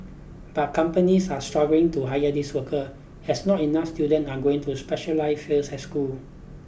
but companies are struggling to hire these worker as not enough student are going to specialized fields at school